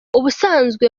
ubusanzwe